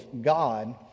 God